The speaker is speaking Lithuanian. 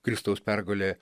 kristaus pergalė